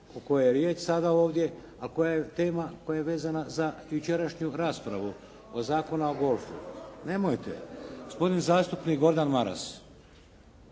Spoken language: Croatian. o kojoj je riječ sada ovdje, a koja je tema koja je vezana za jučerašnju raspravu o Zakonu o golfu. Nemojte! Gospodin zastupnik Gordan Maras.